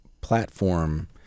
platform